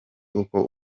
uko